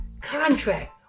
contract